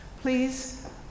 Please